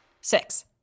Six